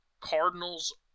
Cardinals